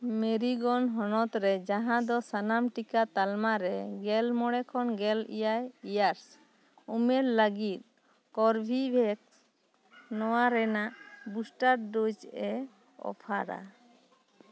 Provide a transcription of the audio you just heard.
ᱢᱮᱨᱤᱜᱳᱱ ᱦᱚᱱᱚᱛ ᱨᱮ ᱡᱟᱦᱟᱸ ᱫᱚ ᱥᱟᱱᱟᱢ ᱴᱤᱠᱟ ᱛᱟᱞᱢᱟ ᱨᱮ ᱜᱮᱞ ᱢᱚᱬᱮ ᱠᱷᱚᱱ ᱜᱮᱞ ᱮᱭᱟᱭ ᱤᱭᱟᱨᱥ ᱩᱢᱮᱨ ᱞᱟᱜᱤᱫ ᱠᱚᱨᱵᱤᱵᱷᱮᱠᱥ ᱱᱚᱣᱟ ᱨᱮᱱᱟᱜ ᱵᱩᱥᱴᱟᱨ ᱰᱳᱡᱽᱼᱮ ᱚᱯᱷᱟᱨᱟ